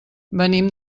venim